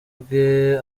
bwe